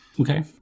Okay